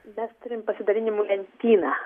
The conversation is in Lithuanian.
mes turim pasidalinimų lentyną